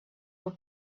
were